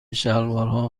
شلوارها